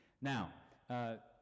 Now